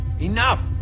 Enough